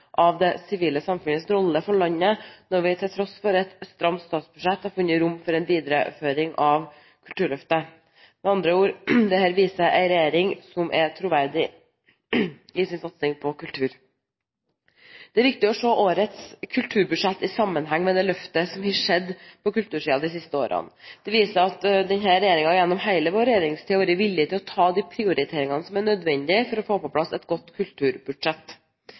av det sivile samfunnets rolle for landet når vi til tross for et stramt statsbudsjett, har funnet rom for en videreføring av Kulturløftet. Med andre ord: Dette viser en regjering som er troverdig i sin satsing på kultur. Det er viktig å se årets kulturbudsjett i sammenheng med det løftet som har skjedd på kultursiden de siste årene. Det viser at denne regjeringen gjennom hele vår regjeringstid har vært villig til å ta de prioriteringene som er nødvendig for å få på plass et godt kulturbudsjett.